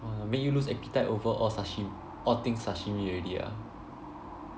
!wah! made you lose appetite over all sashi~ all things sashimi already ah